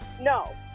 No